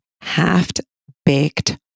half-baked